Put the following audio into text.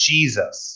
Jesus